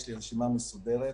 יש לי רשימה מסודרת.